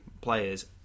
players